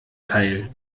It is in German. teil